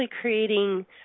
creating